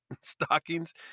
stockings